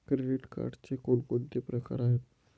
Credit कार्डचे कोणकोणते प्रकार आहेत?